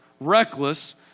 reckless